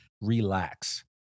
relax